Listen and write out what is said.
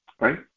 right